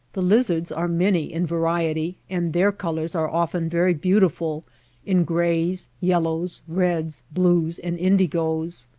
the lizards are many in variety, and their colors are often very beautiful in grays, yellows, reds, blues, and indigoes.